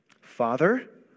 Father